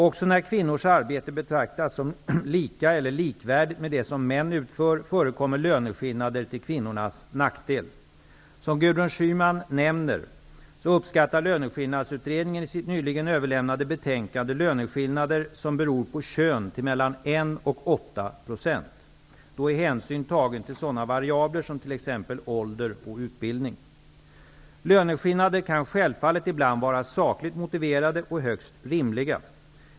Också när kvinnors arbete betraktas som lika eller likvärdigt med det som män utför, förekommer löneskillnader till kvinnornas nackdel. Som Gudrun Schyman nämner, uppskattar Löneskillnadsutredningen i sitt nyligen överlämnade betänkande löneskillnader som beror på kön till mellan 1 och 8 %. Då är hänsyn tagen till sådana variabler som ålder eller utbildning t.ex. Löneskillnader kan självfallet ibland vara sakligt motiverade och högst rimliga.